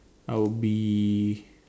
I would be